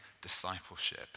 discipleship